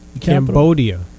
Cambodia